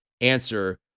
answer